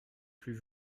plus